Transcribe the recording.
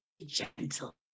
gentle